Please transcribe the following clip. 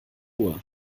uhr